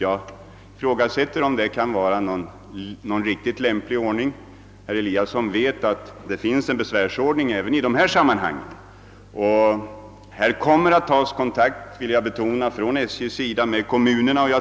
Jag ifrågasätter om det är någon lämplig ordning. Det finns, som herr Eliasson i Sundborn vet, en besvärsordning även i dessa sammanhang. SJ kommer att ta kontakt med kommunerna.